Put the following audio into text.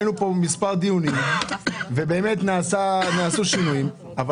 היינו כאן במספר דיונים ובאמת נעשו שינוים אבל